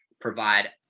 provide